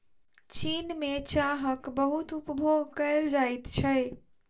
चीन में चाहक बहुत उपभोग कएल जाइत छै